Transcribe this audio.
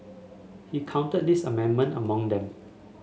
he counted this amendment among them